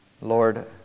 Lord